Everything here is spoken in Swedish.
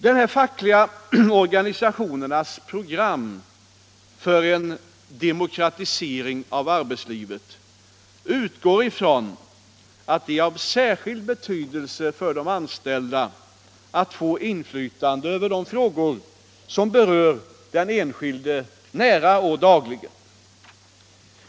De fackliga organisationernas program för en demokratisering av arbetslivet utgår ifrån att det är av särskild betydelse för de anställda att få inflytande över de frågor som berör den enskilde nära och dagligen.